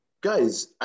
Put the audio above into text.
guys